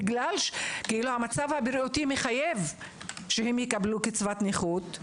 המצב הבריאותי מחייב שהם יקבלו קצבת נכות,